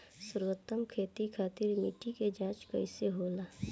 सर्वोत्तम खेती खातिर मिट्टी के जाँच कईसे होला?